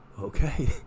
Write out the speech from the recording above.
okay